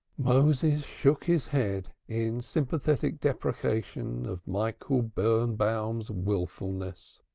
moses shook his head in sympathetic deprecation of michael birnbaum's wilfulness.